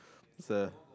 was a